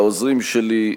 לעוזרים שלי,